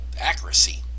accuracy